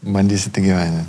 bandysit įgyvendint